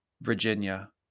Virginia